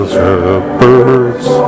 shepherd's